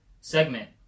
segment